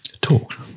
Talk